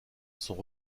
sont